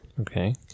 Okay